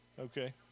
Okay